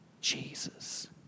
Jesus